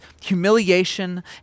humiliation